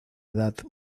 edad